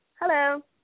Hello